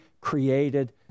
created